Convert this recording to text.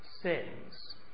sins